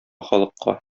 халыкка